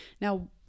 Now